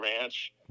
ranch